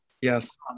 Yes